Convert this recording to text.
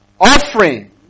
Offering